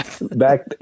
Back